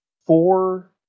four